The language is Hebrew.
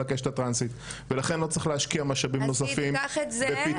הקשת הטרנסית ולכן לא צריך להשקיע משאבים נוספים בפיתוח.